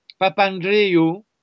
Papandreou